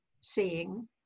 seeing